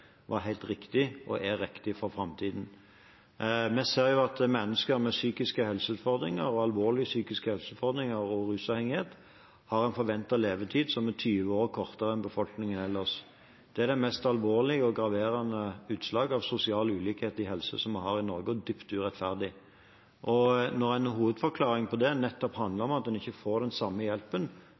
var helt riktig og er riktig for framtiden. Vi ser jo at mennesker med psykiske helseutfordringer, alvorlige psykiske helseutfordringer og rusavhengighet, har en forventet levetid som er 20 år kortere enn i befolkningen ellers. Det er det meste alvorlige og graverende utslaget av sosial ulikhet i helse som vi har i Norge, og dypt urettferdig. Når en hovedforklaring på det nettopp handler om at en ikke får den samme hjelpen